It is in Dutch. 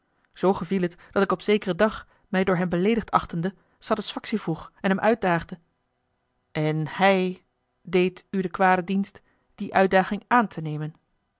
geviel het dat ik op zekeren dag mij door hem beleedigd achtende satisfactie vroeg en hem uitdaagde en hij deed u den kwaden dienst die uitdaging aan te nemen